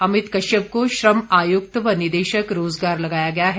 अमित कश्यप को श्रम आयुक्त व निदेशक रोजगार लगाया गया है